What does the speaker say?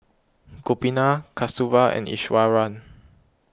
Gopinath Kasturba and Iswaran